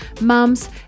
mums